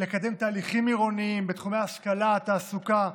לקדם תהליכים עירוניים בתחומי ההשכלה, התעסוקה,